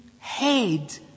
head